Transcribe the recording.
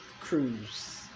cruise